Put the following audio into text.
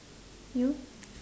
you